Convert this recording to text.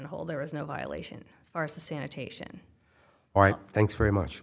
hold there is no violation as far as the sanitation all right thanks very much